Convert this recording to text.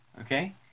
Okay